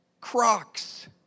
Crocs